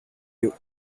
you